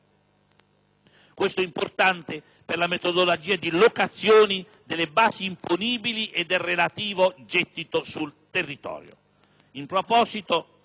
Questo è importante per la metodologia di locazioni delle basi imponibili e del relativo gettito sul territorio.